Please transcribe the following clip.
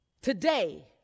today